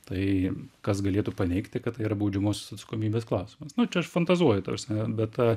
tai kas galėtų paneigti kad tai yra baudžiamosios atsakomybės klausimas nu čia aš fantazuoju ta prasme bet